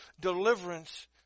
deliverance